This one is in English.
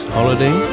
Holiday